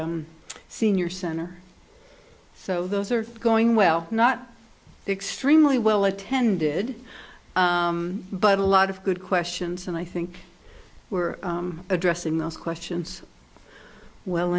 senior center so those are going well not extremely well attended but a lot of good questions and i think we're addressing those questions well